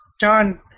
John